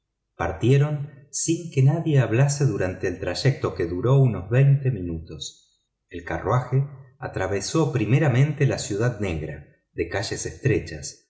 partieron sin que nadie hablase durante el trayecto que duró unos veinte minutos el carruaje atravesó primeramente la ciudad negra de calles estrechas